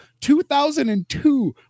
2002